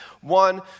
one